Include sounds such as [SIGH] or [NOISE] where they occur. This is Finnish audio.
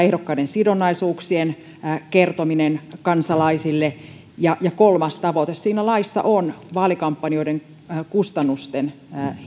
[UNINTELLIGIBLE] ehdokkaiden sidonnaisuuksien kertominen kansalaisille ja ja kolmas tavoite siinä laissa on vaalikampanjoiden kustannusten